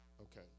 Okay